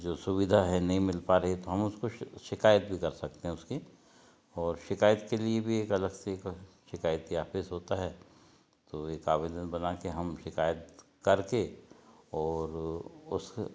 जो सुविधा है नहीं मिल पा रही है तो हम उसको शिकायत भी कर सकते हैं उसकी और शिकायत के लिए भी एक अलग से शिकायती आफ़िस होता है तो एक आवेदन बनाके हम शिकायत करके और उसक